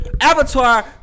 Avatar